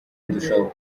ndushaho